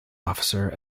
officer